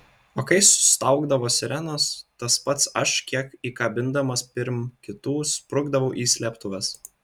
o kai sustaugdavo sirenos tas pats aš kiek įkabindamas pirm kitų sprukdavau į slėptuves